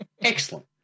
excellent